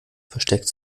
versteckt